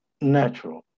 natural